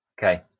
Okay